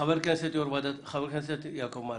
"חבר הכנסת יעקב מרגי,